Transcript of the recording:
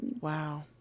wow